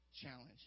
challenge